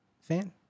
fan